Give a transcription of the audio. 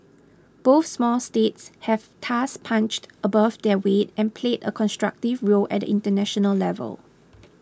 both small states have thus punched above their weight and played a constructive role at the international level